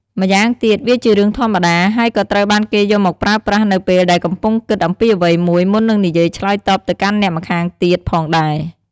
ម្យ៉ាងទៀត វាជារឿងធម្មតា ហើយក៏ត្រូវបានគេយកមកប្រើប្រាស់នៅពេលដែលកំពុងគិតអំពីអ្វីមួយមុននឹងនិយាយឆ្លើយតបទៅកាន់អ្នកម្ខាងទៀតផងដែរ។